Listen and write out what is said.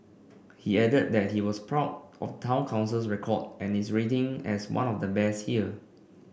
he added that he was proud of Town Council's record and its rating as one of the best here